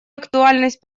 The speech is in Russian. актуальность